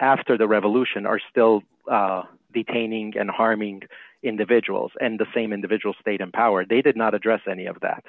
after the revolution are still the painting and harming individuals and the same individual stayed in power they did not address any of that